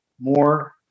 more